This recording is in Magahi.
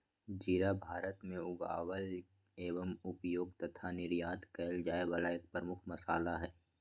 जीरा भारत में उगावल एवं उपयोग तथा निर्यात कइल जाये वाला एक प्रमुख मसाला हई